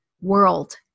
world